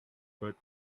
but